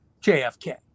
JFK